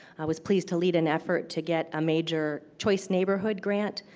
i was pleased to lead an effort to get a major choice neighborhood grant,